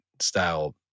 style